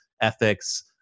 ethics